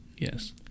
Yes